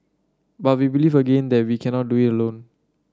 but we believe again that we cannot do it alone